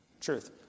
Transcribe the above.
Truth